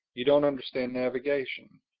you don't understand navigation.